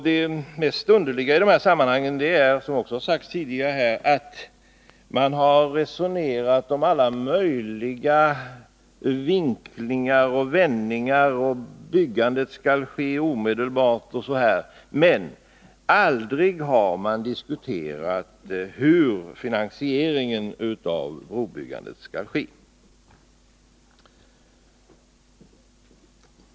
Det mest underliga i dessa sammanhang är, som också har sagts tidigare i denna debatt, att man har resonerat om alla möjliga vinklingar och vändningar — att byggandet skulle starta omedelbart, osv. — men att man aldrig har diskuterat hur finansieringen av brobyggandet skall ske.